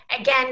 Again